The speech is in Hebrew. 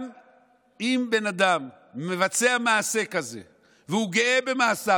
גם אם אדם מבצע מעשה כזה והוא גאה במעשיו